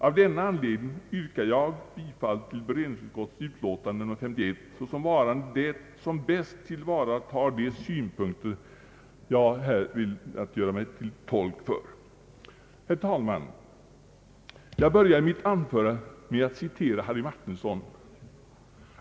Av denna anledning yrkar jag bifall till allmänna beredningsutskottets utlåtande nr 51 såsom varande det som bäst tillvaratar de synpunkter jag velat göra mig till tolk för. Herr talman! Jag började med att citera Harry Martinson.